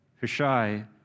Hushai